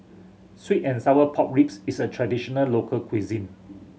sweet and sour pork ribs is a traditional local cuisine